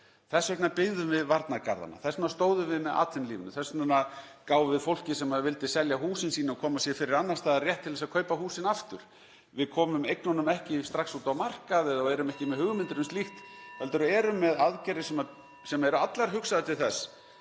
Þess vegna byggðum við varnargarðana. Þess vegna stóðum við með atvinnulífinu. Þess vegna gáfum við fólki sem vildi selja húsin sín og koma sér fyrir annars staðar rétt til að kaupa húsin aftur. Við komum eignunum ekki strax út á markað og erum ekki með hugmyndir (Forseti hringir.) um slíkt heldur erum með aðgerðir sem eru allar hugsaðar til þess